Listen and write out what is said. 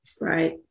Right